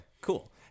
cool